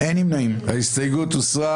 הצבעה ההסתייגות לא התקבלה.